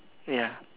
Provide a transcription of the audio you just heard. ya